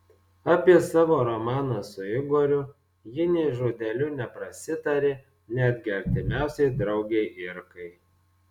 apie savo romaną su igoriu ji nė žodeliu neprasitarė netgi artimiausiai draugei irkai